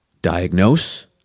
Diagnose